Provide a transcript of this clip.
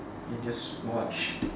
then just watch